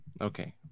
Okay